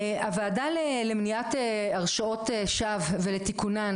הוועדה למניעת הרשאות שווא ולתיקונן,